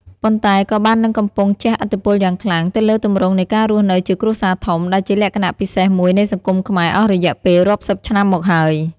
ប៉ុន្តែក៏បាននិងកំពុងជះឥទ្ធិពលយ៉ាងខ្លាំងទៅលើទម្រង់នៃការរស់នៅជាគ្រួសារធំ ដែលជាលក្ខណៈពិសេសមួយនៃសង្គមខ្មែរអស់រយៈពេលរាប់សិបឆ្នាំមកហើយ។